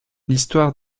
l’histoire